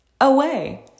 away